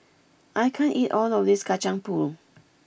I can't eat all of this Kacang Pool